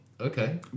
Okay